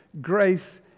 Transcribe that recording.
grace